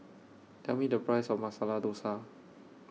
Tell Me The Price of Masala Dosa